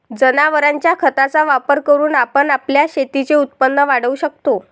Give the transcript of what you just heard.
जनावरांच्या खताचा वापर करून आपण आपल्या शेतीचे उत्पन्न वाढवू शकतो